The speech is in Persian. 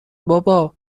بابا